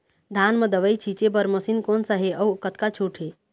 धान म दवई छींचे बर मशीन कोन सा हे अउ कतका छूट हे?